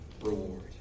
reward